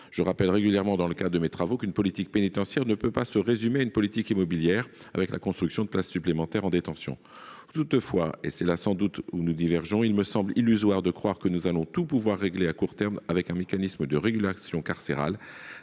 Je rappelle régulièrement, dans le cadre de mes travaux, qu'une politique pénitentiaire ne peut se résumer à une politique immobilière et à la construction de places supplémentaires en détention. Toutefois, et c'est là sans doute où nous divergeons, il me semble illusoire de croire pouvoir régler complètement la situation, à court terme, grâce un mécanisme de régulation carcérale.